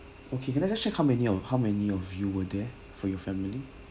okay can I just check how many of how many of you were there for your family